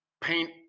paint